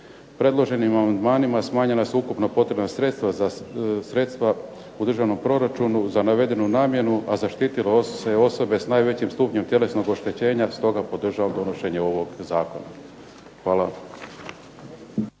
Predloženim amandmanima smanjena su ukupno potrebna sredstva u državnom proračunu za navedenu namjenu, a zaštitilo se osobe s najvećim stupnjem tjelesnog oštećenja. Stoga podržavam donošenje ovog zakona. Hvala.